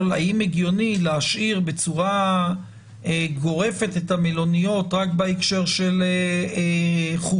לשאול: האם הגיוני להשאיר בצורה גורפת את המלוניות רק בהקשר של חו"ל?